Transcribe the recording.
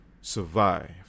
survive